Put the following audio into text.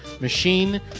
Machine